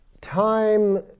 time